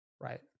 right